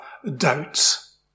doubts